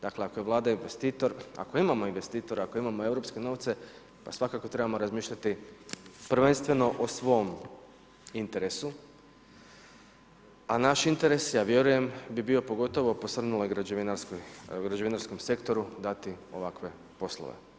Dakle, ako je Vlada investitor, ako imamo investitora, ako imamo europske novce, pa svakako trebamo razmišljati prvenstveno o svom interesu, a naš interes, ja vjerujem bi bio pogotovo posrnuloj građevinarskom sektoru dati ovakve poslove.